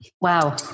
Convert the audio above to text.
Wow